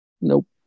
Nope